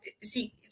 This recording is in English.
see